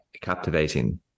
captivating